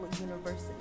university